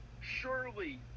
surely